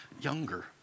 younger